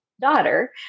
daughter